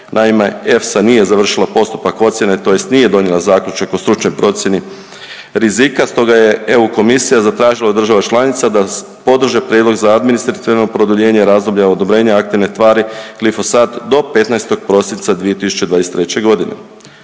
Naime, EFS-a nije završila postupak ocjene tj. nije donijela zaključak o stručnoj procjeni rizika stoga je EU komisija zatražila od država članica da podrže prijedlog za administrativno produljenje razdoblja odobrenja aktivne tvari glifosat do 15. prosinca 2023. godine.